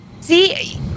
See